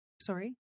sorry